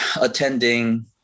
attending